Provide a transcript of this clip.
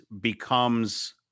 becomes